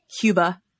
Cuba